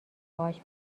باهاش